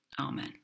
Amen